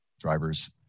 Drivers